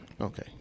Okay